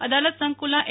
અદાલત સંકુલના એ